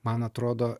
man atrodo